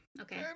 Okay